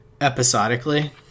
episodically